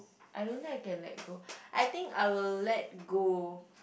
I don't think I can let go I think I will let go